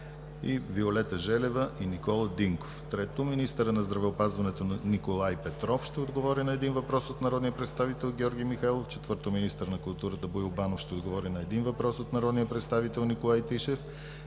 Виолета Желева и Никола Динков. 3. Министърът на здравеопазването Николай Петров ще отговори на един въпрос от народния представител Георги Михайлов. 4. Министърът на културата Боил Банов ще отговори на един въпрос от народния представител Николай Тишев